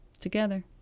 together